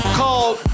called